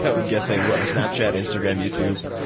um i'm guessing what snapchat, instagram, youtube?